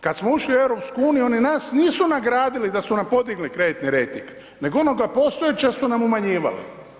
Kada smo ušli u EU oni nas nisu nagradili da su nam podigli kreditni rejting nego onoga postojeće su nam umanjivali.